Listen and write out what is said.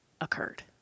occurred